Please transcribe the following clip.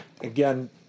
again